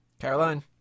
Caroline